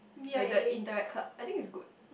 like the interact club I think is good